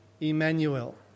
emmanuel